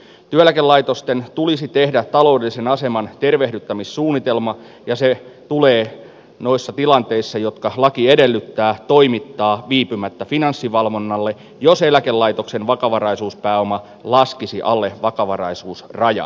työeläkelaitosten tulisi tehdä taloudellisen aseman tervehdyttämissuunnitelma ja se tulee noissa tilanteissa jotka laki edellyttää toimittaa viipymättä finanssivalvonnalle jos eläkelaitoksen vakavaraisuuspääoma laskisi alle vakavaraisuusrajan